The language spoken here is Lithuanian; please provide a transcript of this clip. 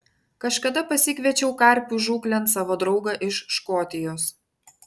kažkada pasikviečiau karpių žūklėn savo draugą iš škotijos